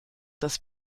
dass